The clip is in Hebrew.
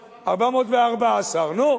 414. 414. נו,